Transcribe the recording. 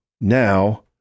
Now